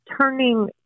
turning